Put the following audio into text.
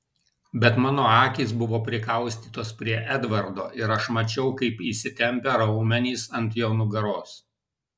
bet mano akys buvo prikaustytos prie edvardo ir aš mačiau kaip įsitempę raumenys ant jo nugaros